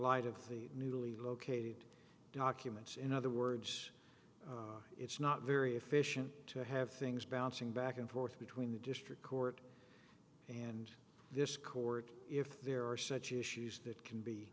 light of the newly located documents in other words it's not very efficient to have things bouncing back and forth between the district court and this court if there are such issues that can be